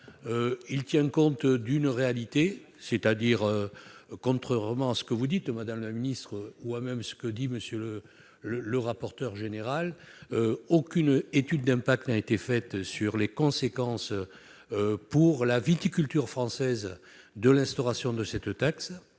à tenir compte d'une réalité : contrairement à ce que vous dites, madame la ministre, ou à ce que dit M. le rapporteur général, aucune étude d'impact n'a été faite sur les conséquences pour la viticulture française de l'instauration de cette taxe.